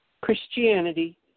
Christianity